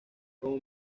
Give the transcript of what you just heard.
como